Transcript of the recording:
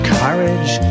courage